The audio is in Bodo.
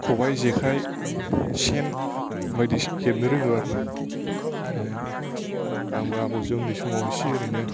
खबाइ जेखाय सेन बायदि हेबनो रोंगौ आरो ना आंबो आबौजों उन्दै समाव इसे ओरैनो